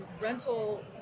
rental